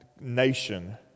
nation